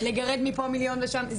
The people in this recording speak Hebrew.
לגרד מפה מיליון ומשם מיליון.